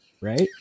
right